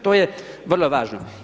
To je vrlo važno.